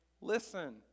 listen